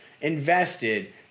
invested